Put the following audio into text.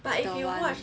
the one